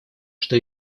что